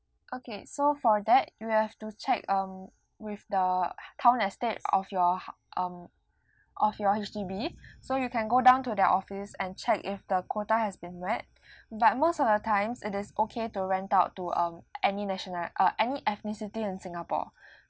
okay so for that you have to check um with the town estate of your ho~ um of your H_D_B so you can go down to their office and check if the quota has been met but most of the times it is okay to rent out to um any national~ um any ethnicity in singapore